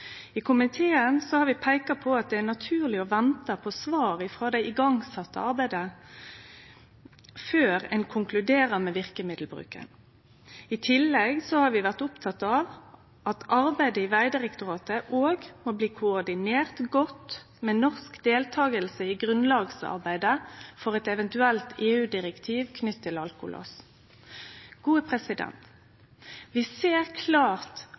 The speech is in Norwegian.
I komiteen har vi peika på at det er naturleg å vente på svar frå det arbeidet som er sett i gang, før ein konkluderer med verkemiddelbruken. I tillegg har vi vore opptekne av at arbeidet i Vegdirektoratet òg må bli koordinert godt med norsk deltaking i grunnlagsarbeidet for eit eventuelt EU-direktiv knytt til alkolås. Vi ser klart